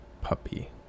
puppy